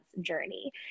journey